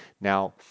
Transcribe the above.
Now